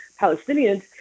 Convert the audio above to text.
Palestinians